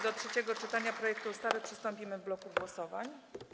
Do trzeciego czytania projektu ustawy przystąpimy w bloku głosowań.